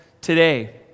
today